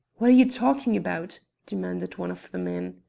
what are you talking about? demanded one of the men.